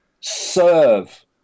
serve